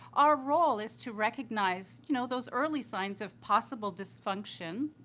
our role is to recognize, you know, those early signs of possible dysfunction,